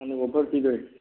ꯍꯥꯟꯅꯩ ꯑꯣꯐꯔ ꯄꯤꯗꯣꯏꯅꯤ